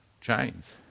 Chains